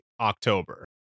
October